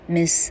,Miss